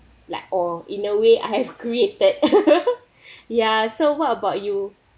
like or in a way I have created ya so what about you